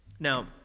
Now